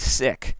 sick